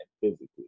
physically